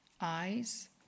eyes